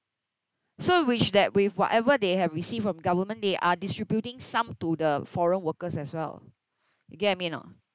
so which that with whatever they have received from government they are distributing some to the foreign workers as well you get what I mean or not